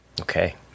Okay